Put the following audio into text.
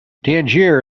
tangier